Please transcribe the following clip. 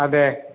അതേ